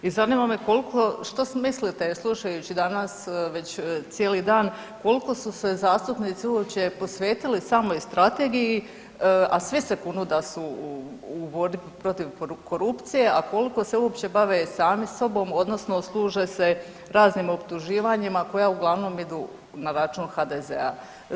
I zanima me koliko, što mislite slušajući danas već cijeli dan koliko su se zastupnici uopće posvetili samoj strategiji, a svi se kunu da su u, u borbi protiv korupcije, a koliko se uopće bave sami sobom odnosno služe se raznim optuživanjima koja uglavnom idu na račun HDZ-a.